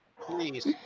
Please